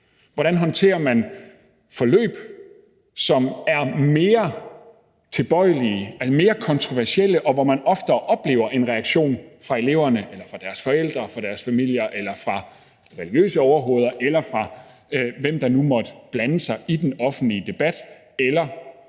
Hvordan håndterer man forløb, som er mere kontroversielle, og hvor man oftere oplever en reaktion fra eleverne eller fra deres forældre, fra deres familier eller fra religiøse overhoveder eller fra, hvem der nu måtte blande sig i den offentlige debat eller